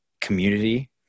community